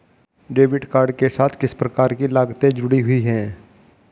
Debit card के साथ किस प्रकार की लागतें जुड़ी हुई हैं?